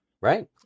right